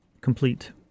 complete